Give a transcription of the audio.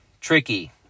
tricky